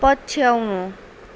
पछ्याउनु